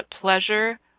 pleasure